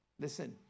listen